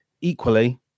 Equally